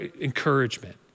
encouragement